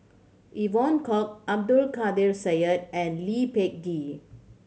Evon Kow Abdul Kadir Syed and Lee Peh Gee